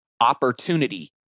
opportunity